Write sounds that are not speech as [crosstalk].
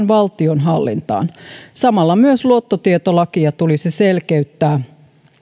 [unintelligible] valtion hallintaan samalla myös luottotietolakia tulisi selkeyttää